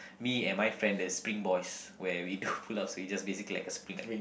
me and my friend the spring boys where we do pull-ups we just basically like spring like